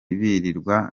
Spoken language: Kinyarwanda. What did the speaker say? birirwa